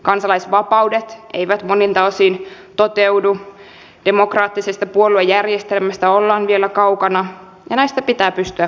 kansalaisvapaudet eivät monilta osin toteudu demokraattisesta puoluejärjestelmästä ollaan vielä kaukana ja näistä pitää pystyä puhumaan